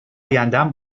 ایندم